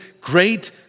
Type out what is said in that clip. great